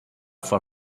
for